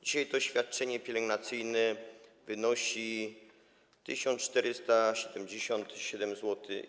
Dzisiaj to świadczenie pielęgnacyjne wynosi 1477 zł.